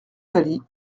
pâlit